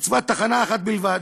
הוצבה תחנה אחת בלבד,